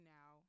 now